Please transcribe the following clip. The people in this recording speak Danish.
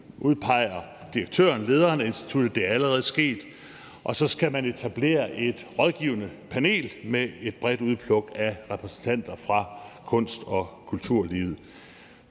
udpeger selvfølgelig lederen af instituttet – det er allerede sket – og så skal man etablere et rådgivende panel med et bredt udpluk af repræsentanter fra kunst- og kulturlivet.